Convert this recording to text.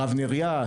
הרב נריה,